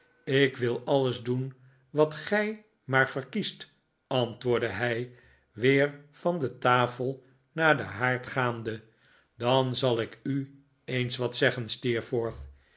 ik wil alles doen wat gij maar verkiest antwoordde hij weer van de tafel naar den haard gaande dan zal ik u eens wat zeggen